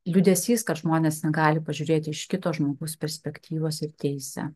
liūdesys kad žmonės negali pažiūrėti iš kito žmogaus perspektyvos ir teisia